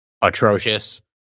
atrocious